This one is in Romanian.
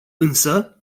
însă